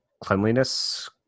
cleanliness